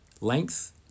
length